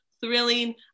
thrilling